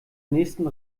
nächsten